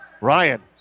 Ryan